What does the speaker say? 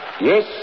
Yes